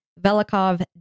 Velikov